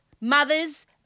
mothers